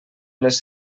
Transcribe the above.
les